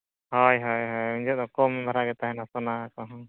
ᱦᱳᱭ ᱦᱳᱭ ᱦᱳᱭ ᱩᱱ ᱡᱚᱦᱚᱜ ᱫᱚ ᱠᱚᱢ ᱫᱷᱟᱨᱟ ᱜᱮ ᱛᱟᱦᱮᱱᱟ ᱥᱚᱱᱟ ᱠᱚ ᱦᱚᱸ